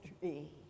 tree